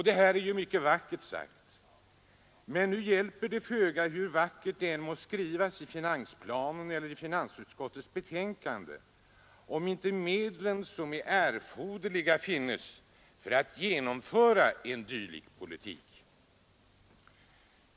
Det här är ju mycket vackert sagt, men nu hjälper det föga hur vackert det än må skrivas i finansplanen eller i finansutskottets betänkande, om inte medlen som är erforderliga finns för att genomföra en dylik politik.